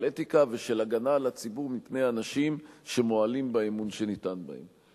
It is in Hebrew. אתיקה ושל הגנה על הציבור מפני אנשים שמועלים באמון שניתן בהם.